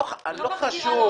אני לא מחזירה לאוצר.